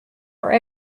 are